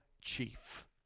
chief